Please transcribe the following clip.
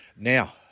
Now